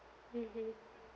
mmhmm